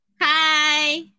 Hi